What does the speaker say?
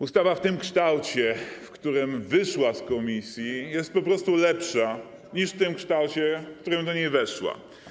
Ustawa w kształcie, w którym wyszła z komisji, jest po prostu lepsza niż w tym kształcie, w którym do niej weszła.